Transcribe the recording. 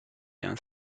and